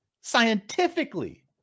scientifically